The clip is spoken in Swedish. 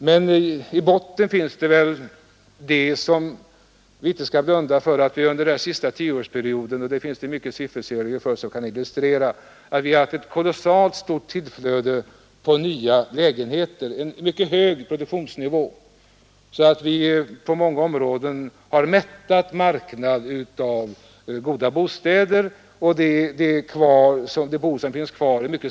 Men vi skall inte blunda för att vi under den senaste tioårsperioden — det finns siffror som bevisar det — har haft ett kolossalt tillflöde av nya lägenheter — en mycket hög produktionsnivå alltså. På många områden börjar marknaden bli mättad med goda bostäder.